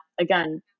again